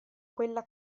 quella